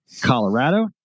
Colorado